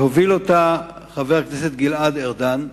והוביל אותה חבר הכנסת גלעד ארדן,